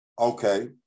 Okay